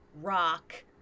rock